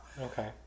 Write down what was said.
Okay